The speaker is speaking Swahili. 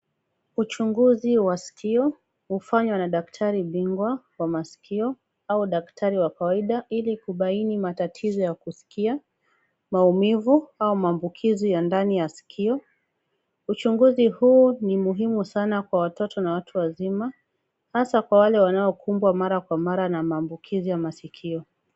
Uchunguzi wa sikio hufanywa na daktari bingwa wa maskio au daktari wa kawaida ili kubaini matatizo ya kuskia, maumivu au maambukizi ya ndani ya sikio. Uchunguzi huu ni muhimu sana kwa watoto na watu wazima hasa wale wanaokumbwa kwa mara na maambukizi ya masikio.